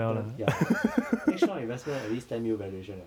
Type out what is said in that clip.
then ya next round investment at least ten mil valuation liao